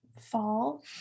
fall